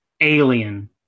alien